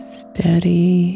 steady